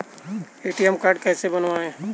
ATM card कैसे बनवाएँ?